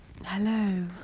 Hello